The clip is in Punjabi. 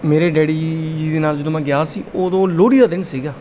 ਮੇਰੇ ਡੈਡੀ ਜੀ ਦੇ ਨਾਲ ਜਦੋਂ ਮੈਂ ਗਿਆ ਸੀ ਉਦੋਂ ਲੋਹੜੀ ਦਾ ਦਿਨ ਸੀਗਾ